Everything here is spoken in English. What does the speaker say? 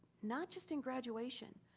not just in graduation,